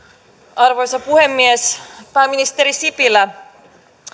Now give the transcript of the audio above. arvoisa puhemies pääministeri sipilä